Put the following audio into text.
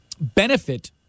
benefit